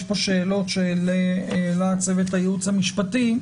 יש פה שאלות שהעלה צוות הייעוץ המשפטי: